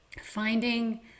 finding